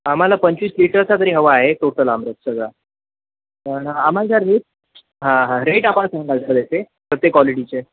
आम्हाला पंचवीस लिटरचा तरी हवा आहे टोटल आमरस सगळा पण आम्हाला सर रेट हां हां रेट आपण सांगाल तर ते प्रत्येक क्वालिटीचे